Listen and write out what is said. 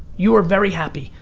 you are very happy.